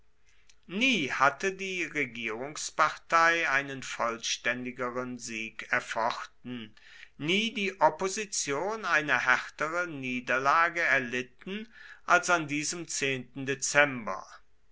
nie hatte die regierungspartei einen vollständigeren sieg erfochten nie die opposition eine härtere niederlage erlitten als an diesem